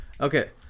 Okay